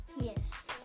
Yes